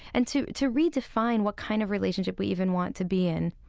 and to to redefine what kind of relationship we even want to be in.